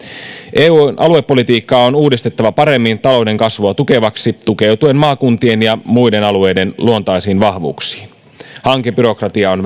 eun aluepolitiikkaa on uudistettava paremmin talouden kasvua tukevaksi tukeutuen maakuntien ja muiden alueiden luontaisiin vahvuuksiin hankebyrokratiaa on